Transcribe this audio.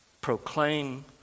Proclaim